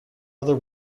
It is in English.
other